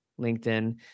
LinkedIn